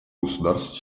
государств